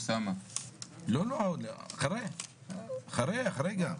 גם אחרי החיסונים.